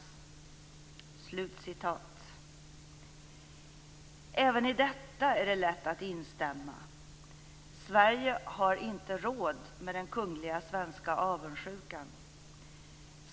Även i detta är det lätt att instämma. Sverige har inte råd med den kungliga svenska avundsjukan.